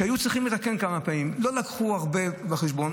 שכשהיו צריכים לתקן כמה פעמים לא הביאו הרבה בחשבון.